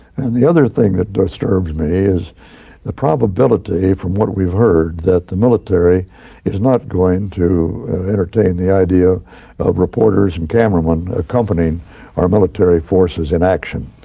and another thing that disturbs me is the probability from what we have heard that the military is not going to entertain the idea of reporters and cameramen accompanying our military forces in action.